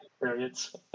experience